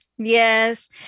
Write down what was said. Yes